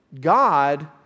God